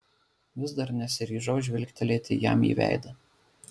vis dar nesiryžau žvilgtelėti jam į veidą